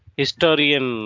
historian